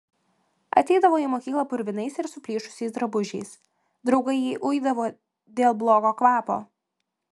ateidavo į mokyklą purvinais ir suplyšusiais drabužiais draugai jį uidavo dėl blogo kvapo